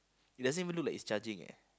it doesn't even look like it's charging eh